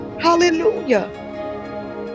Hallelujah